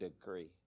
degree